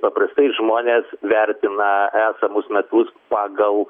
paprastai žmonės vertina esamus metus pagal